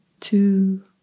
two